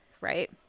right